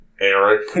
Eric